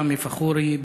ראמי פאחורי,